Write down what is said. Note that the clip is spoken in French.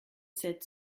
sept